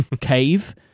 cave